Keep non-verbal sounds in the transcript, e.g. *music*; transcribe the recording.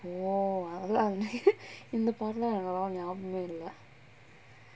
!wow! *laughs* இந்த பாட்டெல்லாம் எனக்கு அவ்ளோ ஞாபகம் இல்ல:intha paatellam enakku avlo nabagam illa